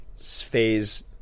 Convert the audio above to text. phase